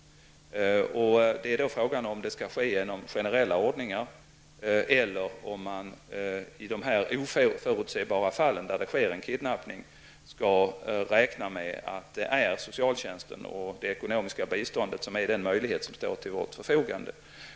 Frågan är om det skall ske genom generella ordningar eller om man i de här oförutsägbara fallen där det sker en kidnappning skall räkna med att de är socialtjänsten och det ekonomiska biståndet som är den möjlighet som står till vårt förfogande.